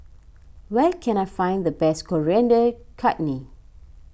where can I find the best Coriander Chutney